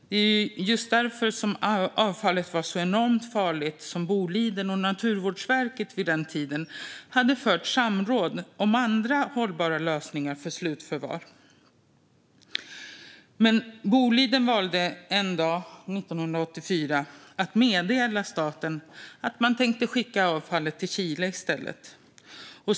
Det är just därför att avfallet var så enormt farligt som Boliden och Naturvårdsverket vid den tiden hade hållit samråd om andra hållbara lösningar för slutförvar. Men Boliden valde ändå 1984 att meddela staten att man tänkte skicka avfallet till Chile i stället.